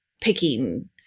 picking